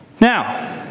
Now